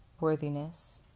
Worthiness